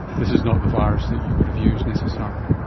this is not the virus that you would have used necessarily.